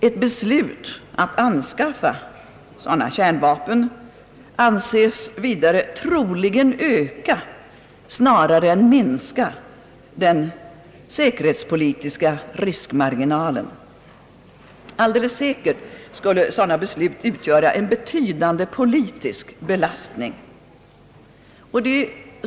Ett beslut att anskaffa sådana vapen anses vidare troligen öka snarare än minska de säkerhetspolitiska riskerna. Alldeles säkert skulle sådana beslut utgöra en betydande politisk belastning.